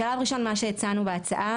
בשלב הראשון מה שהצענו בהצעה,